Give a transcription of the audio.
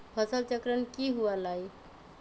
फसल चक्रण की हुआ लाई?